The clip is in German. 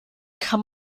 kann